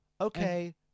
Okay